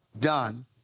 done